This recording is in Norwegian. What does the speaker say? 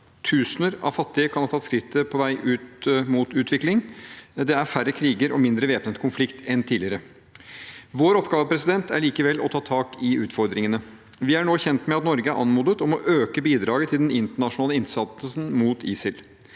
tusener av fattige kan ha tatt skrittet på vei mot utvikling, det er færre kriger og mindre væpnet konflikt enn tidligere. Vår oppgave er likevel å ta tak i utfordringene. Vi er nå kjent med at Norge er anmodet om å øke bidraget til den internasjonale innsatsen mot ISIL.